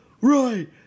right